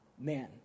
Man